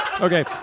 Okay